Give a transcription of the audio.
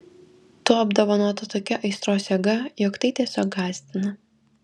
tu apdovanota tokia aistros jėga jog tai tiesiog gąsdina